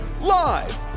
live